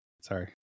Sorry